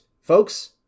folks